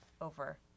Over